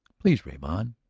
please rave on.